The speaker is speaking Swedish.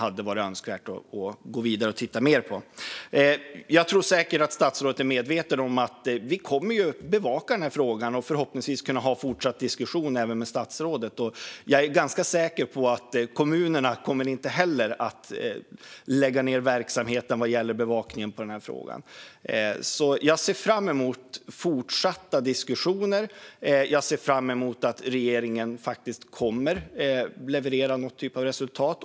Statsrådet är säkert medveten om att vi kommer att bevaka frågan och förhoppningsvis även kommer att kunna ha en fortsatt diskussion med honom. Jag är ganska säker på att kommunerna inte heller kommer att lägga ned sin bevakning av frågan. Jag ser fram emot fortsatta diskussioner och hoppas att regeringen kommer att leverera något slags resultat.